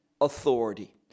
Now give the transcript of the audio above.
authority